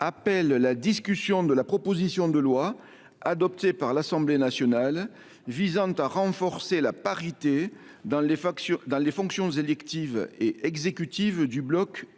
la discussion de la proposition de loi, adoptée par l’Assemblée nationale, visant à renforcer la parité dans les fonctions électives et exécutives du bloc